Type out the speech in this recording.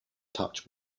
touch